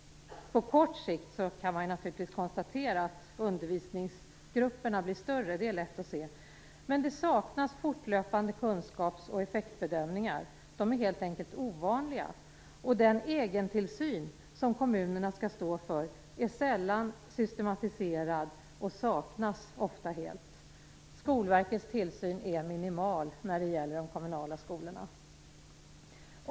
På kort sikt kan man naturligtvis konstatera att undervisningsgrupperna blir större - det är lätt att se. Men det saknas fortlöpande kunskaps och effektbedömningar. De är helt enkelt ovanliga. Och den egentillsyn som kommunerna skall stå för är sällan systematiserad och saknas ofta helt. Skolverkets tillsyn är minimal när det gäller de kommunala skolorna.